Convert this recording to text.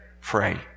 Pray